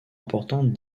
importantes